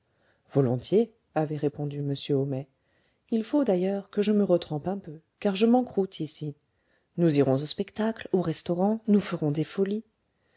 volontiers avait répondu m homais il faut d'ailleurs que je me retrempe un peu car je m'encroûte ici nous irons au spectacle au restaurant nous ferons des folies